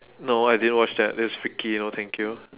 no I didn't watch that that's freaky no thank you